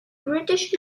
british